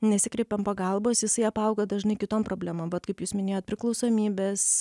nesikreipiam pagalbos jisai apauga dažnai kitom problemom vat kaip jūs minėjot priklausomybės